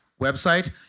website